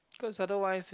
cause otherwise it